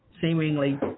seemingly